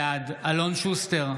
בעד אלון שוסטר,